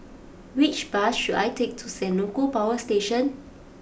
which bus should I take to Senoko Power Station